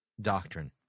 doctrine